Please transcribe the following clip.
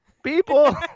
people